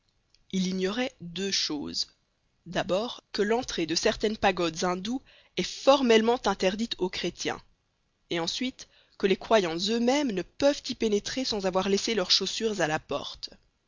il ignorait deux choses d'abord que l'entrée de certaines pagodes indoues est formellement interdite aux chrétiens et ensuite que les croyants eux-mêmes ne peuvent y pénétrer sans avoir laissé leurs chaussures à la porte